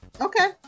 okay